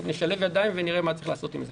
נשלב ידיים ונראה מה צריך לעשות עם זה.